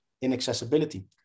inaccessibility